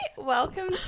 Welcome